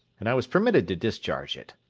and i was permitted to discharge it.